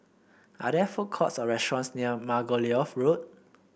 are there food courts or restaurants near Margoliouth Road